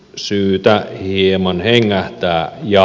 syytä hieman hengähtää ja